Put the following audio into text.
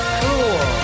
cool